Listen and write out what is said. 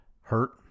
hurt